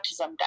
autism